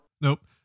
Nope